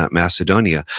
but macedonia,